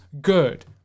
good